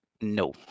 No